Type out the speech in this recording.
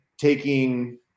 taking